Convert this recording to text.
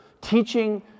teaching